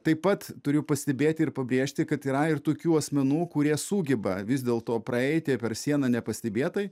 taip pat turiu pastebėti ir pabrėžti kad yra ir tokių asmenų kurie sugeba vis dėl to praeiti per sieną nepastebėtai